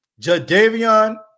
Jadavion